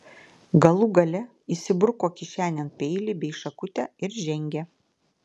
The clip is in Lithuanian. galų gale įsibruko kišenėn peilį bei šakutę ir žengė